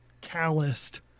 calloused